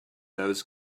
those